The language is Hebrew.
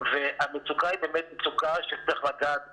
המצוקה היא באמת מצוקה שצריך לגעת בה,